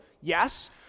yes